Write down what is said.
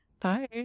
bye